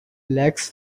legs